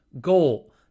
goal